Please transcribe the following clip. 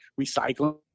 recycling